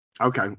Okay